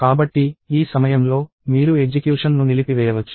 కాబట్టి ఈ సమయంలో మీరు ఎగ్జిక్యూషన్ ను నిలిపివేయవచ్చు